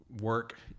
work